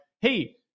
Hey